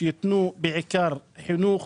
שייתנו בעיקר חינוך